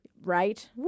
right